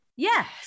Yes